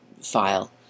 file